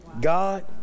God